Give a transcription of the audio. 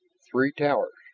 three towers,